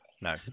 No